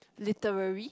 literally